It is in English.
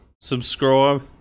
subscribe